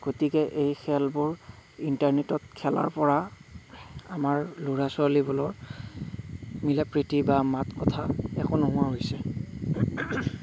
গতিকে এই খেলবোৰ ইণ্টাৰনেটত খেলাৰ পৰা আমাৰ ল'ৰা ছোৱালীবোৰৰ মিলাপ্ৰ্ৰীতি বা মাত কথা একো নোহোৱা হৈছে